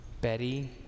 Betty